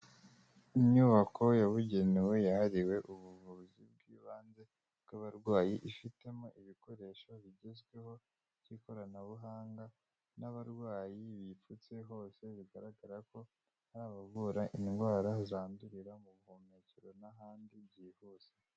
Inyubako yabugenewe yahariwe ubuvuzi bw'ibanze bw'abarwayi, ifitemo ibikoresho bigezweho by'ikoranabuhanga n'abarwayi bipfutse hose bigaragara ko ari abavura indwara zandurira mu buhumekero n'ahandi byihuse.